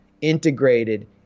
integrated